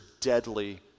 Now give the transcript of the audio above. deadly